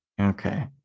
Okay